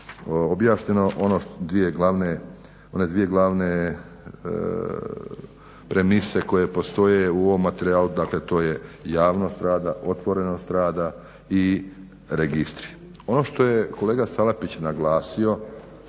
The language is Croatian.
objašnjeno one dvije glavne premise koje postoje u ovom materijalu. Dakle, to je javnost rada, otvorenost rada i registri. Ono što je kolega Salapić naglasio